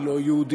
היא לא יהודייה,